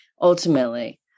ultimately